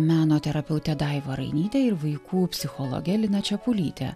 meno terapeute daiva rainyte ir vaikų psichologe lina čepulyte